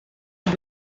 but